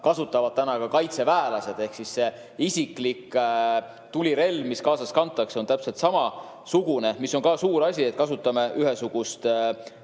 kasutavad kaitseväelased, ehk see isiklik tulirelv, mida kaasas kantakse, on täpselt samasugune. See on ka suur asi, et kasutame ühesugust